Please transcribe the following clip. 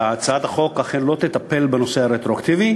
שהצעת החוק אכן לא תטפל בנושא הרטרואקטיביות.